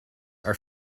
are